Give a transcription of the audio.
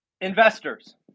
Investors